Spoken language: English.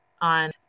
on